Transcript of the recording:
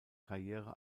karriere